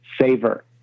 saver